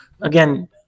again